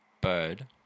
bird